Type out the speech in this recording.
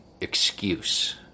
excuse